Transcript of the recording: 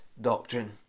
doctrine